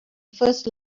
first